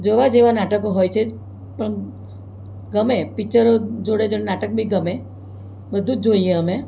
જોવા જેવા નાટકો હોય છે પણ ગમે પિક્ચરો જોડે જોડે નાટક બી ગમે બધુ જ જોઈએ અમે